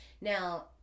Now